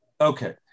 Okay